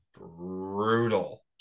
brutal